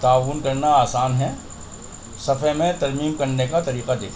تعاون کرنا آسان ہیں صفحے میں ترمیم کرنے کا طریقہ دیکھیں